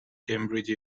cambridge